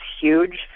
huge